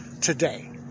today